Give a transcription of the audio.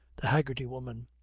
the haggerty woman.